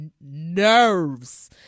nerves